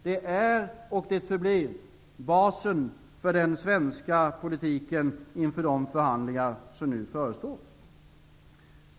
Detta är och förblir basen för den svenska politiken inför de förhandlingar som nu förestår.